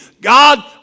God